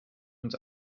uns